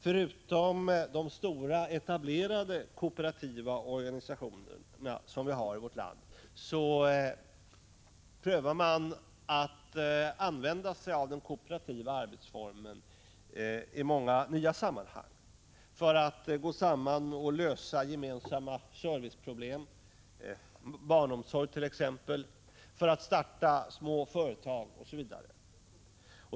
Förutom de stora, etablerade kooperativa organisationerna i vårt land pågår försök med att använda den kooperativa arbetsformen i många nya sammanhang, där man går samman för att lösa gemensamma serviceproblem — t.ex. barnomsorg — och för att starta små företag, osv.